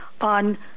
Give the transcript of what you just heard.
on